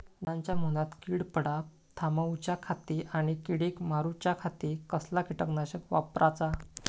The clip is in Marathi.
झाडांच्या मूनात कीड पडाप थामाउच्या खाती आणि किडीक मारूच्याखाती कसला किटकनाशक वापराचा?